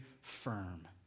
firm